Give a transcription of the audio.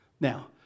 Now